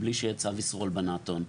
בלי שיהיה צו איסור הלבנת הון.